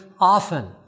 often